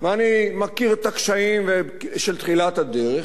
ואני מכיר את הקשיים של תחילת הדרך,